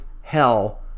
hell